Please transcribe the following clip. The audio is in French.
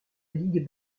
ligue